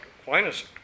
Aquinas